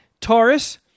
Taurus